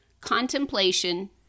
contemplation